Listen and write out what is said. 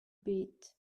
bet